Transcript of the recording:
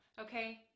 Okay